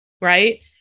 right